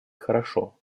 хорошо